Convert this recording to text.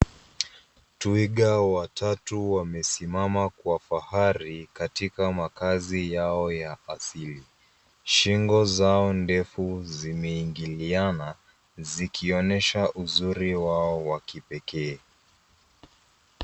Twiga watatu wamesimama kwa fahari katika makazi yao ya asili. Shingo zao ndefu zimeingiliana zikionyesha uzuri wao wa kipekee.